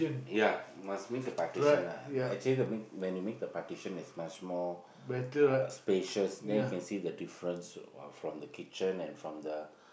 ya must make a partition lah actually to make when you make the partition is much more uh spacious then you can see the difference from the kitchen and from the